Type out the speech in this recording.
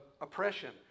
oppression